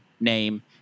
name